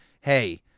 Hey